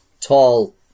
tall